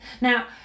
Now